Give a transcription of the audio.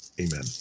Amen